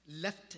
left